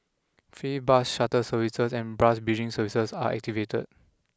free bus shutter services and bras bridging services are activated